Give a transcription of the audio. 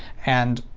and,